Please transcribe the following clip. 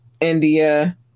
India